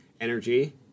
Energy